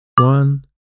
One